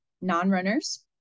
non-runners